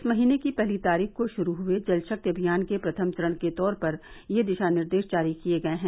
इस महीने की पहली तारीख को शुरू हुए जल शक्ति अभियान के प्रथम चरण के तौर पर यह दिशा निर्देश जारी किए गए हैं